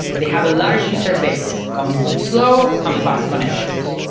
they have a large user base coming from slow and fast connections.